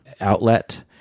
outlet